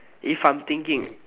if I'm thinking